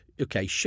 okay